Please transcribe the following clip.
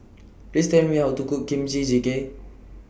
Please Tell Me How to Cook Kimchi Jjigae